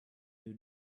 new